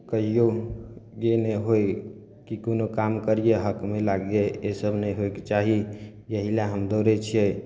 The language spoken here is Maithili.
कहियो ई नहि होइ कि कोनो काम करियै हकमइ लागियै ई सब नहि होइके चाही एहि लए हम दौड़य छियै